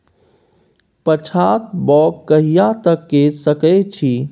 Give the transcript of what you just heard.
पछात बौग कहिया तक के सकै छी?